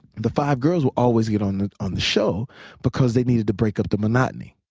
the five girls would always get on the on the show because they needed to break up the monotony.